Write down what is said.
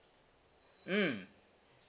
mm